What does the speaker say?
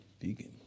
Vegan